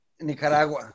Nicaragua